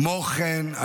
כמו כן,